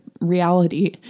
reality